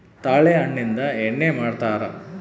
ತಾಳೆ ಹಣ್ಣಿಂದ ಎಣ್ಣೆ ಮಾಡ್ತರಾ